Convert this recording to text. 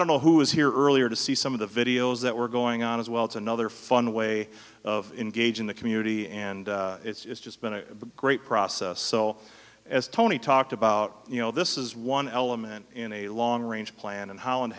don't know who was here earlier to see some of the videos that were going on as well it's another fun way of engaging the community and it's just been a great process so as tony talked about you know this is one element in a long range plan and holland